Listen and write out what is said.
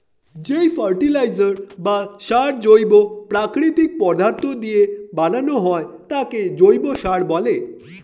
যেই ফার্টিলাইজার বা সার জৈব প্রাকৃতিক পদার্থ দিয়ে বানানো হয় তাকে জৈব সার বলে